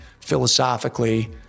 philosophically